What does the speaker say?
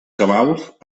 cabals